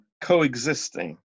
coexisting